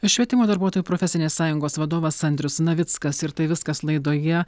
švietimo darbuotojų profesinės sąjungos vadovas andrius navickas ir tai viskas laidoje